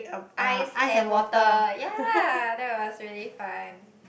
ice and water yea that was really fun